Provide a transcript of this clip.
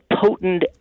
potent